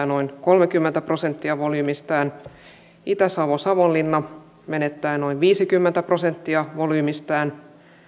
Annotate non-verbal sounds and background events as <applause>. <unintelligible> noin kolmekymmentä prosenttia volyymistään itä savo savonlinna menettää noin viisikymmentä prosenttia volyymistään